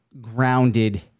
grounded